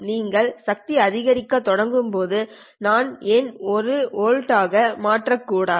நீங்கள் சக்தி அதிகரிக்கத் தொடங்கும் போது நான் ஏன் 1w ஆக மாற்றக்கூடாது